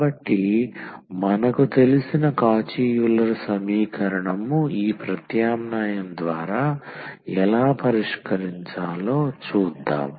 కాబట్టి మనకు తెలిసిన కాచీ యూలర్ సమీకరణం ఈ ప్రత్యామ్నాయం ద్వారా ఎలా పరిష్కరించాలో చూద్దాం